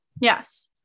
Yes